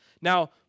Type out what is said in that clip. Now